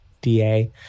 DA